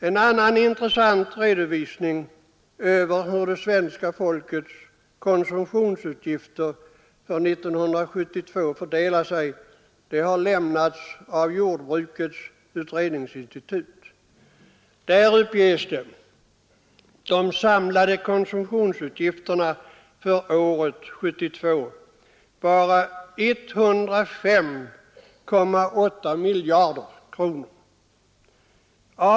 En annan intressant redovisning av hur svenska folkets konsumtionsutgifter för 1972 fördelar sig har lämnats av jordbrukets utredningsinstitut. Där uppges de samlade konsumtionsutgifterna för året — 1972 — vara 105,8 miljarder kronor.